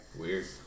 weird